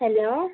hello